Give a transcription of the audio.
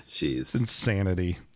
insanity